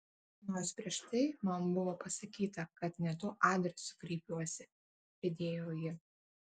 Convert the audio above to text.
nors prieš tai man buvo pasakyta kad ne tuo adresu kreipiuosi pridėjo ji